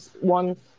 one